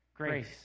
grace